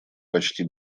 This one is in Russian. почти